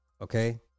Okay